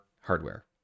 hardware